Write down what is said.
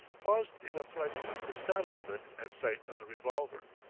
paused in affrighted astonishment at sight of the revolver.